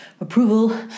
approval